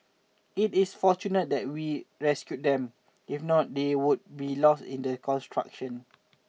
it is fortunate that we rescued them if not they would be lost in the construction